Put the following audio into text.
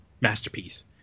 masterpiece